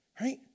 right